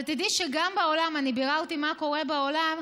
אבל תדעי שגם בעולם, אני ביררתי מה קורה בעולם,